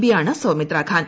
പിയാണ് സൌമിത്രാ ഖാൻ